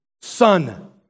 Son